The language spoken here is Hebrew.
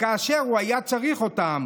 וכאשר הוא היה צריך אותם,